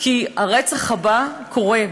כי הרצח הבא קורה,